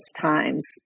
times